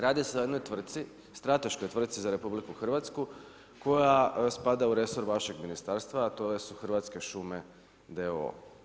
Radi se o jednoj tvrtci, strateškoj tvrtci za RH koja spada u resor vašeg ministarstva, a to su Hrvatske šume d.o.o.